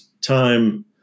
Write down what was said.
time